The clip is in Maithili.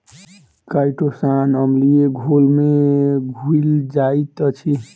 काइटोसान अम्लीय घोल में घुइल जाइत अछि